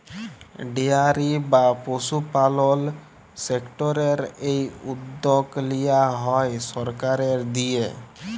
dairy বা পশুপালল সেক্টরের এই উদ্যগ লিয়া হ্যয় সরকারের দিঁয়ে